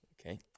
Okay